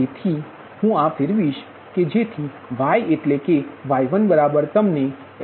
તેથી હું આ ફેરવીશ